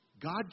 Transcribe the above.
God